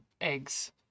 eggs